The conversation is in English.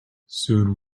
soon